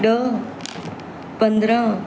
ॾह पंद्रहं